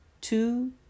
two